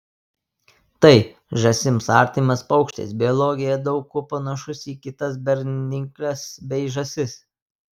tai žąsims artimas paukštis biologija daug kuo panašus į kitas bernikles bei žąsis